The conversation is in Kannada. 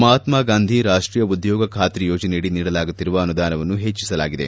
ಮಹಾತ್ನ ಗಾಂಧಿ ರಾಷ್ಟೀಯ ಉದ್ಯೋಗ ಖಾತ್ರಿ ಯೋಜನೆಯಡಿ ನೀಡಲಾಗುತ್ತಿರುವ ಅನುದಾನವನ್ನು ಹೆಚ್ಚಿಸಲಾಗಿದೆ